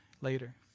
later